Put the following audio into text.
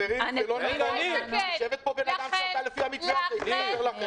פועלים לפי המתווה הזה.